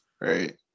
Right